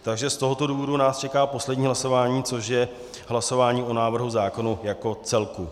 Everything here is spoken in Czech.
Z tohoto důvodu nás čeká poslední hlasování, což je hlasování o návrhu zákona jako celku.